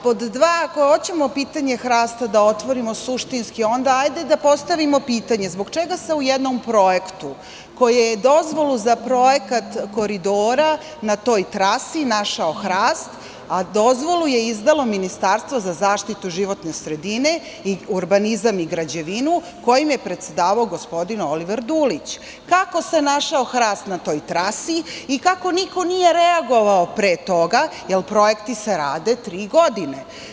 Pod dva, ako hoćemo pitanje hrasta da otvorimo suštinski, onda hajde da postavimo pitanje zbog čega se u jednom projektu, koje je dozvolu za projekat koridora na toj trasi našao hrast, a dozvolu je izdalo Ministarstvo za zaštitu životne sredine i urbanizam i građevinu, kojim je predsedavao gospodin Oliver Dulić, kako se našao hrast na toj trasi i kako niko nije reagovao pre toga, jer projekti se rade tri godine?